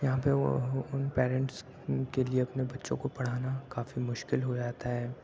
یہاں پہ وہ ان پیرنٹس کے لیے اپنے بچوں کو پڑھانا کافی مشکل ہو جاتا ہے